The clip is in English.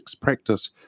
practice